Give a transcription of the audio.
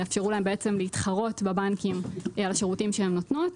יאפשרו להן בעצם להתחרות בבנקים על השירותים שהן נותנות.